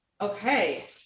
Okay